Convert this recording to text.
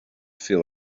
feel